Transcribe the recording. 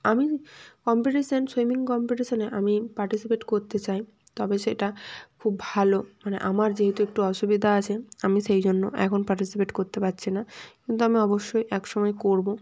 আমি competition swimming কম্পিটিশানে আমি পার্টিসিপেট করতে চাই তবে সেটা খুব ভালো মানে আমার যেহেতু একটু অসুবিধা আছে আমি সেই জন্য এখন পার্টিসিপেট করতে পারছি না কিন্তু আমি অবশ্যই এক সময় করবো